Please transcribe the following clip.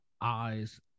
eyes